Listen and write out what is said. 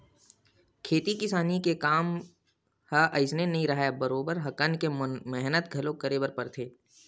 खेती किसानी के काम ह अइसने नइ राहय बरोबर हकन के मेहनत घलो करे बर परथे